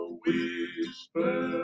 whisper